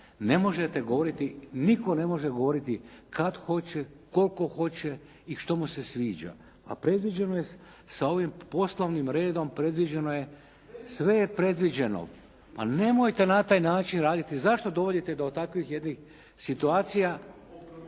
nitko ne može govoriti kad hoće, koliko hoće i što mu se sviđa a predviđeno je sa ovim poslovnim redom sve, sve je predviđeno. Pa nemojte na taj način raditi. Zašto dovodite do takvih jednih situacija?